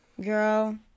Girl